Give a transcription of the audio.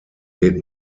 weht